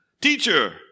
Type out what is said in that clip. Teacher